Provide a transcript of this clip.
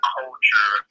culture